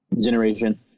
generation